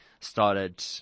started